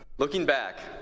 looking back,